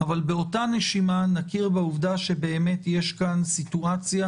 אבל באותה נשימה נכיר בעובדה שיש כאן סיטואציה